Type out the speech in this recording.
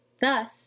Thus